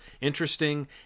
interesting